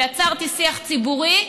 ויצרתי שיח ציבורי,